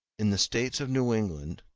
in the states of new england,